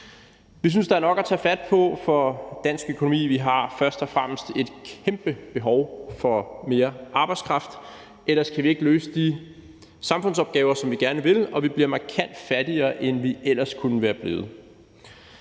Vi synes, at der er nok at tage fat på for dansk økonomi. Vi har først og fremmest et kæmpe behov for mere arbejdskraft. Ellers kan vi ikke løse de samfundsopgaver, som vi gerne vil, og vi bliver markant fattigere, end vi ellers kunne være blevet.